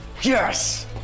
Yes